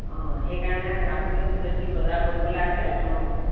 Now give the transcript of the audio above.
অ সেইকাৰণে আপুনিও যদি বজাৰ কৰিবলৈ আছে অ